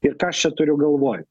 ir ką aš čia turiu galvoj